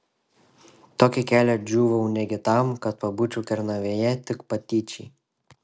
tokį kelią džiūvau negi tam kad pabūčiau kernavėje tik patyčiai